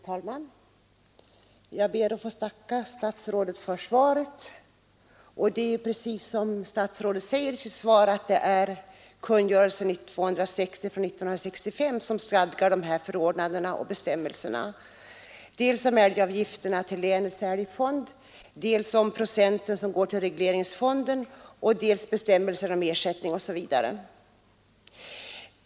Fru talman! Jag ber att få tacka statsrådet för svaret. Som statsrådet säger i sitt svar stadgas i kungörelsen nr 260 år 1965 dels om älgavgifterna till länets älgskadefond, dels om den procentandel som går till regleringsfonden och dels om ersättningar osv.